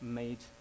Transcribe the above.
made